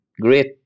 great